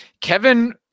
Kevin